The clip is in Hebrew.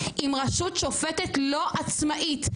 עם רשות שופטת לא עצמאית.